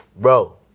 bro